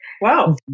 Wow